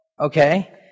Okay